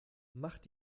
macht